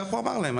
כך הוא אמר להם,